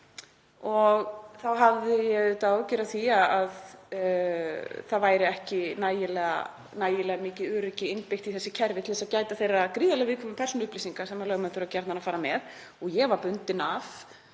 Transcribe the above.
Þá hafði ég áhyggjur af því að það væri ekki nægilega mikið öryggi innbyggt í þessi kerfi til að gæta þeirra gríðarlega viðkvæmu persónuupplýsinga sem lögmenn þurfa gjarnan að fara með. Ég var bundin af